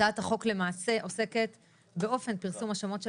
הצעת החוק עוסקת באופן פרסום השמות של